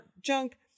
junk